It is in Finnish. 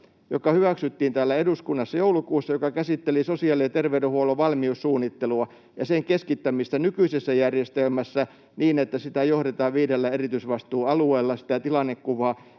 joka hyväksyttiin täällä eduskunnassa joulukuussa ja joka käsitteli sosiaali- ja terveydenhuollon valmiussuunnittelua ja sen keskittämistä nykyisessä järjestelmässä niin, että sitä tilannekuvaa johdetaan viidellä erityisvastuualueella. Eli kyllähän